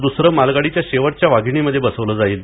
दुसरे मालगाडीच्या शेवटच्या वाघिणीमध्ये बसवले जाईल